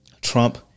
Trump